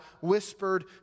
whispered